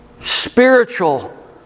spiritual